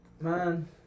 man